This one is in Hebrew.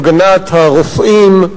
הפגנת הרופאים,